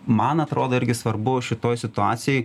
man atrodo irgi svarbu šitoj situacijoj